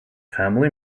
family